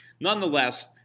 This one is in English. Nonetheless